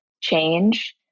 change